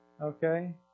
Okay